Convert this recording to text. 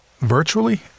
virtually